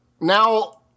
Now